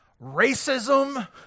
Racism